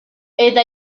eta